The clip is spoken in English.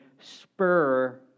spur